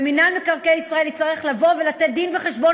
ומינהל מקרקעי ישראל יצטרך לבוא ולתת דין-וחשבון